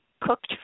cooked